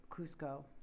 Cusco